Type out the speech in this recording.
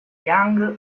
young